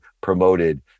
promoted